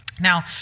Now